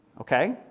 Okay